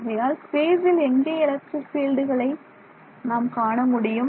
ஆகையால் ஸ்பேசில் எங்கே எலக்ட்ரிக் பீல்டுகளை நாம் காண முடியும்